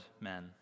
men